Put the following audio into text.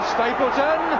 Stapleton